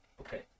Okay